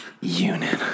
unit